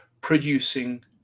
producing